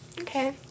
Okay